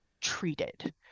treated